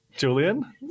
Julian